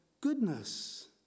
goodness